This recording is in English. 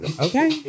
Okay